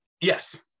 Yes